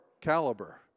caliber